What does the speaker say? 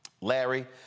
Larry